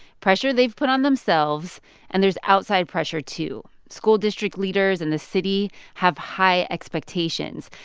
pressure they've put on themselves and there's outside pressure, too. school district leaders in the city have high expectations.